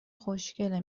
خوشکله